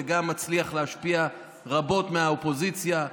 וגם מצליח להשפיע רבות מהאופוזיציה.